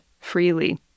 freely